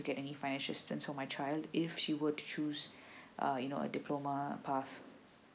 get any financial assistance for my child if she were to choose uh you know a diploma a path